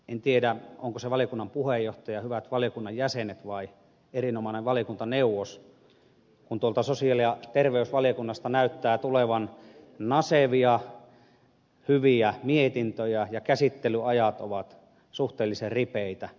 en tiedä onko se valiokunnan puheenjohtaja hyvät valiokunnan jäsenet vai erinomainen valiokuntaneuvos kun tuolta sosiaali ja terveysvaliokunnasta näyttää tulevan nasevia hyviä mietintöjä ja käsittelyajat ovat suhteellisen ripeitä